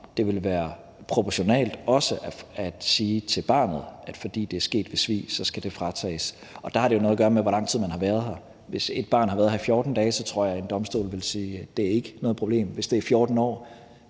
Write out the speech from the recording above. det vil være proportionelt også at sige til barnet, at fordi det er sket ved svig, skal det fratages. Der har det jo noget at gøre med, hvor lang tid man har været her. Hvis et barn har været her i 14 dage, så tror jeg, at en domstol vil sige, at det ikke er noget problem. Hvis det er 14 år,